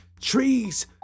trees